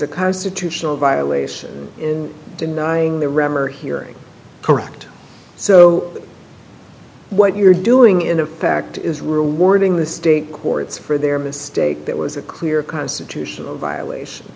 a constitutional violation in denying the rammer hearing correct so what you're doing in effect is rewarding the state courts for their mistake that was a clear constitutional violation